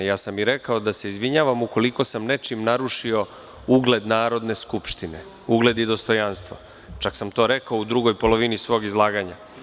Rekao sam da se izvinjavam ukoliko sam nečim narušio ugled Narodna skupština, ugled i dostojanstvo, čak sam to rekao u drugoj polovini svog izlaganja.